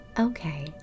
Okay